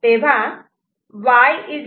तेव्हा Y B